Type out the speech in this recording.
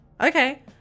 Okay